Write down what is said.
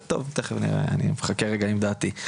טוב תיכף אני מחכה רגע עם דעתי.